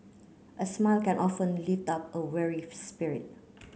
a smile can often lift up a weary spirit